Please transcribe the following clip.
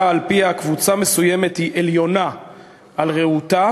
שעל-פיה קבוצה מסוימת היא עליונה על רעותה